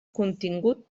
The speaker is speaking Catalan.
contingut